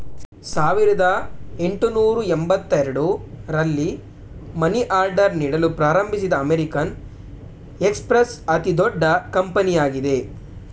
ಸಾವಿರದ ಎಂಟುನೂರು ಎಂಬತ್ತ ಎರಡು ರಲ್ಲಿ ಮನಿ ಆರ್ಡರ್ ನೀಡಲು ಪ್ರಾರಂಭಿಸಿದ ಅಮೇರಿಕನ್ ಎಕ್ಸ್ಪ್ರೆಸ್ ಅತಿದೊಡ್ಡ ಕಂಪನಿಯಾಗಿದೆ